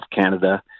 Canada